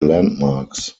landmarks